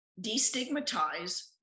destigmatize